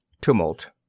Tumult